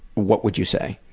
what would you say?